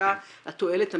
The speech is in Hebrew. נבדקה התועלת המשקית,